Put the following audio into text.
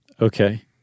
Okay